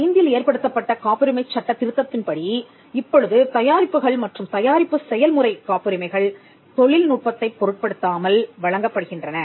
2005 இல் ஏற்படுத்தப்பட்ட காப்புரிமை சட்டத் திருத்தத்தின்படி இப்பொழுது தயாரிப்புகள் மற்றும் தயாரிப்பு செயல்முறை காப்புரிமைகள் தொழில்நுட்பத்தைப் பொருட்படுத்தாமல் வழங்கப்படுகின்றன